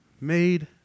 Made